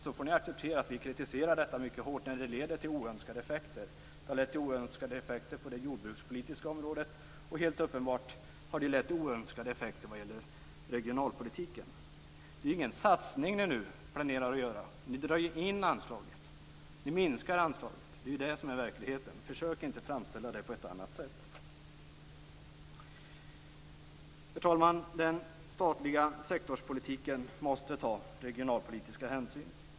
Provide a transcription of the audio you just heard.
Sedan får ni acceptera att vi kritiserar detta mycket hårt när det leder till oönskade effekter. Det har lett till oönskade effekter på det jordbrukspolitiska området, och helt uppenbart har det lett till oönskade effekter när det gäller regionalpolitiken. Det är ju ingen satsning som ni planerar att göra. Ni drar ju in anslaget. Ni minskar anslaget. Det är ju verkligheten. Försök inte framställa det på ett annat sätt. Herr talman! Den statliga sektorspolitiken måste ta regionalpolitiska hänsyn.